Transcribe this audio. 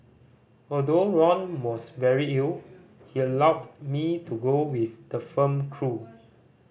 although Ron was very ill he allowed me to go with the film crew